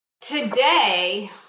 today